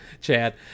Chad